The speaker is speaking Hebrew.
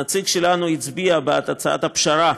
הנציג שלנו הצביע בעד הצעת הפשרה,